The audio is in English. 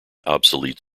obsolete